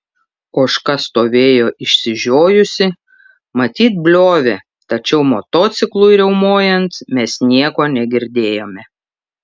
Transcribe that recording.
ožka stovėjo išsižiojusi matyt bliovė tačiau motociklui riaumojant mes nieko negirdėjome